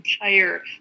entire